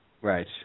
Right